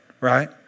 right